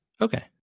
Okay